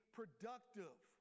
productive